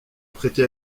prêté